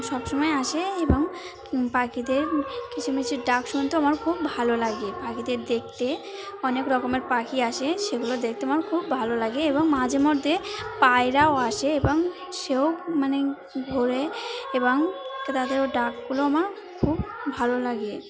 সবসময় আসে এবং পাখিদের কিচিরমিচির ডাক শুনতেও আমার খুব ভালো লাগে পাখিদের দেখতে অনেক রকমের পাখি আসে সেগুলো দেখতে আমার খুব ভালো লাগে এবং মাঝেমধ্যে পায়রাও আসে এবং সেও মানে ঘোরে এবং তাদেরও ডাকগুলো আমার খুব ভালো লাগে